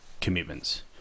commitments